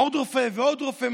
עוד רופא ועוד רופא,